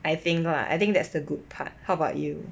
I think lah I think that's the good part how about you